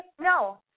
no